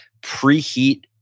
Preheat